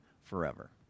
forever